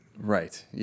Right